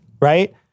Right